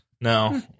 No